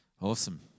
Awesome